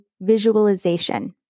visualization